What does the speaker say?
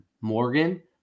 Morgan